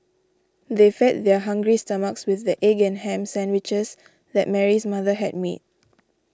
they fed their hungry stomachs with the egg and ham sandwiches that Mary's mother had made